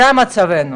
זה מצבנו.